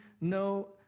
no